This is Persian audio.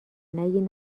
نگی